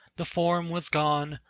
the form was gone,